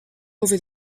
over